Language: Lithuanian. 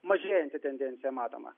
mažėjanti tendencija matoma